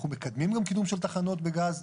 אנחנו מקדמים גם קידום של תחנות בגז.